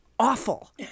awful